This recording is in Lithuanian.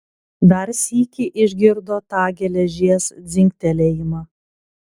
dar sykį išgirdo tą geležies dzingtelėjimą